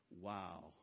Wow